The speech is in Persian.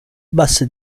بسه